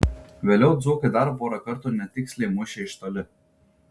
vėliau dzūkai dar porą kartų netiksliai mušė iš toli